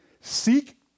Seek